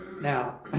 Now